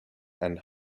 and